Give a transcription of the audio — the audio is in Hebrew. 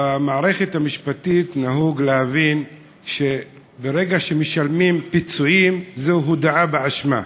במערכת המשפטית נהוג להבין שברגע שמשלמים פיצויים זו הודאה באשמה.